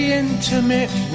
intimate